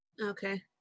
Okay